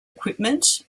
equipment